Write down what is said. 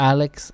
Alex